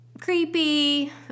creepy